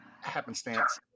happenstance